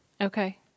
Okay